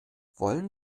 wollen